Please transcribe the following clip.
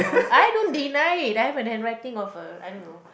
no I don't deny it I have an handwriting of a I don't know